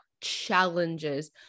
challenges